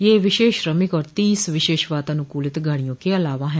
ये विशेष श्रमिक और तीस विशेष वातानुकूलित रेलगाडियों के अलावा हैं